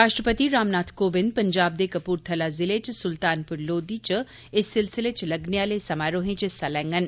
राष्ट्रपति रामनाथ कोविंद पंजाब दे कपूरथला ज़िले च सुल्तानपुर लोधी च इस सिलसिले च लग्गने आले समारोहें च हिस्सा लैंडन